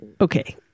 Okay